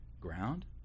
ground